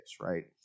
right